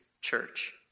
church